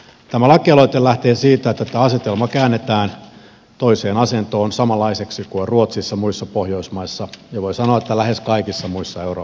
tämä lakialoite lähtee siitä että tämä asetelma käännetään toiseen asentoon samanlaiseksi kuin on ruotsissa muissa pohjoismaissa ja voi sanoa että lähes kaikissa muissa euroopan maissa